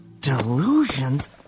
Delusions